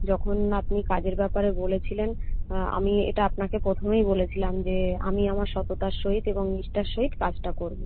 যখন আপনি কাজের ব্যাপারে বলেছিলেন আমি এটা আপনাকে প্রথমেই বলেছিলাম যে আমি আর সততার সহিত এবং নিষ্ঠা সহিত কাজটা করব